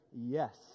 yes